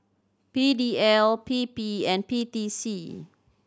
P D L P P and P T C